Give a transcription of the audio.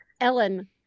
ellen